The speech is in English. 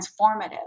transformative